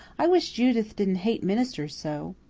i wish judith didn't hate ministers so.